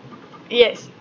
yes